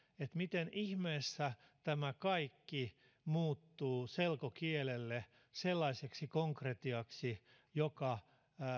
miten ihmeessä tämä kaikki muuttuu selkokielelle sellaiseksi konkretiaksi joka